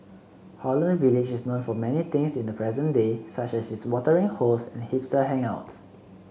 Holland Village is known for many things in the present day such as its watering holes and hipster hangouts